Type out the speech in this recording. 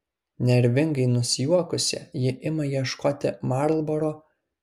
nervingai nusijuokusi ji ima ieškoti marlboro